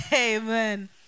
Amen